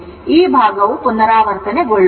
ಈ ಭಾಗವು ಪುನರಾವರ್ತನೆಗೊಳ್ಳುತ್ತದೆ